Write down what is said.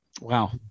Wow